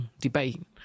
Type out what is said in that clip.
debate